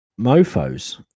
mofos